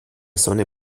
sonne